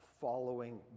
following